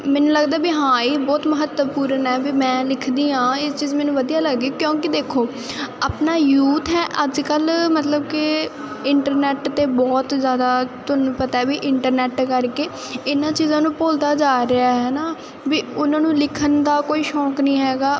ਮੈਨੂੰ ਲੱਗਦਾ ਵੀ ਹਾਂ ਇਹ ਬਹੁਤ ਮਹੱਤਵਪੂਰਨ ਹੈ ਵੀ ਮੈਂ ਲਿਖਦੀ ਹਾਂ ਇਹ ਚੀਜ਼ ਮੈਨੂੰ ਵਧੀਆ ਲੱਗਦੀ ਕਿਉਂਕਿ ਦੇਖੋ ਆਪਣਾ ਯੂਥ ਹੈ ਅੱਜ ਕੱਲ੍ਹ ਮਤਲਬ ਕਿ ਇੰਟਰਨੈਟ 'ਤੇ ਬਹੁਤ ਜ਼ਿਆਦਾ ਤੁਹਾਨੂੰ ਪਤਾ ਵੀ ਇੰਟਰਨੈਟ ਕਰਕੇ ਇਹਨਾਂ ਚੀਜ਼ਾਂ ਨੂੰ ਭੁੱਲਦਾ ਜਾ ਰਿਹਾ ਹੈ ਨਾ ਵੀ ਉਹਨਾਂ ਨੂੰ ਲਿਖਣ ਦਾ ਕੋਈ ਸ਼ੌਕ ਨਹੀਂ ਹੈਗਾ